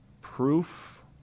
proof